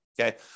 okay